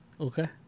Okay